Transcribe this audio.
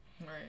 right